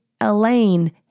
Elaine